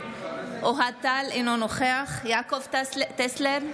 אינו נוכח יעקב טסלר,